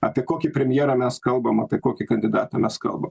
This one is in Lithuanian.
apie kokį premjerą mes kalbam apie kokį kandidatą mes kalbam